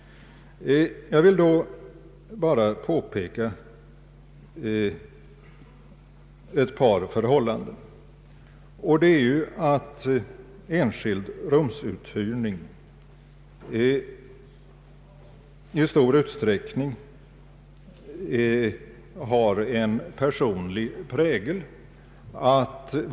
Jag vill då bara påpeka ett par förhållanden. Enskild rumsuthyrning har i stor utsträckning en personlig prägel.